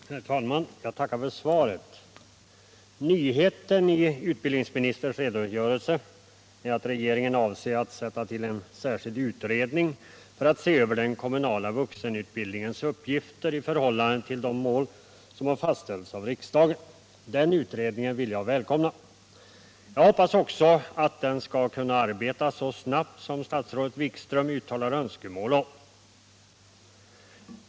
Herr talman! Jag tackar för svaret. Nyheten i utbildningsministerns redogörelse är att regeringen avser 121 att tillsätta en särskild utredning för att se över den kommunala vuxenutbildningens uppgifter i förhållande till de mål som har fastställts av riksdagen. Den utredningen vill jag välkomna. Jag hoppas också att den skall kunna arbeta så snabbt som statsrådet Wikström uttalar önskemål om.